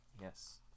Yes